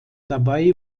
dabei